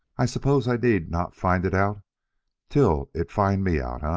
i suppose i need not find it out till it find me out, ah?